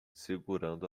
segurando